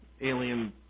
alien